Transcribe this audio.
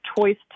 choice